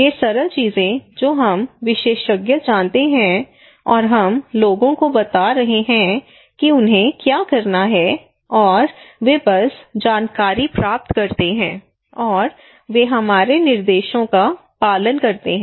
ये सरल चीजें जो हम विशेषज्ञ जानते हैं और हम लोगों को बता रहे हैं कि उन्हें क्या करना है और वे बस जानकारी प्राप्त करते हैं और वे हमारे निर्देशों का पालन करते हैं